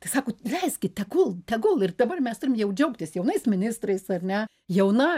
tai sako leiskit tegul tegul ir dabar mes turim jau džiaugtis jaunais ministrais ar ne jauna